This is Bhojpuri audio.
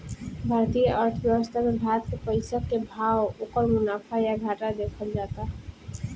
भारतीय अर्थव्यवस्था मे भारत के पइसा के भाव, ओकर मुनाफा या घाटा देखल जाता